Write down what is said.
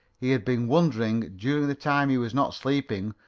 he had been wondering, during the time he was not sleeping,